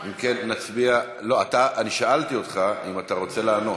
אני שאלתי אותך אם אתה רוצה לענות.